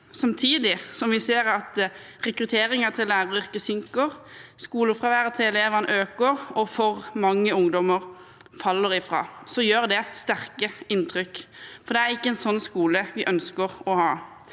Samtidig ser vi at rekrutteringen til læreryrket synker, skolefraværet til elevene øker, og for mange ungdommer faller fra. Det gjør sterkt inntrykk, for det er ikke en sånn skole vi ønsker å ha.